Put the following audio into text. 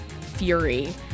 fury